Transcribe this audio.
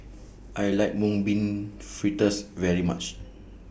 I like Mung Bean Fritters very much